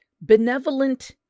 benevolent